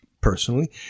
personally